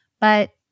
But-